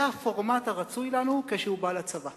זה הפורמט הרצוי לנו כשהוא בא לצבא.